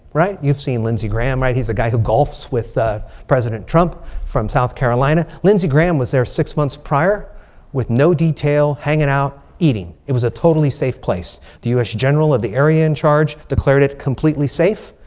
right? you've seen lindsey graham, right. he's a guy who golfs with president trump from south carolina. lindsey graham was there six months prior with no detail. hanging out, eating. it was a totally safe place. the us general of the area in charge declared it completely safe.